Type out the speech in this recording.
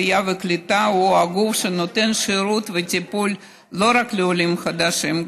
משרד העלייה והקליטה הוא גוף שנותן שירות וטיפול לא רק לעולים חדשים,